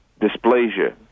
dysplasia